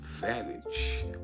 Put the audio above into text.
Advantage